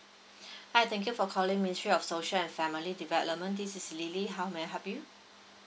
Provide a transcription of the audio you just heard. hi thank you for calling ministry of social and family development this is lily how may I help you